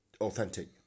authentic